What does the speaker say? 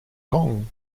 kong